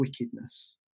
wickedness